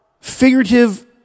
figurative